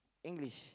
English